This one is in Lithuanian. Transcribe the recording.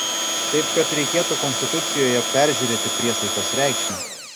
taip kad reikėtų konstitucijoje peržiūrėti priesaikos reikšmę